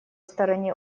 стороне